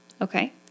Okay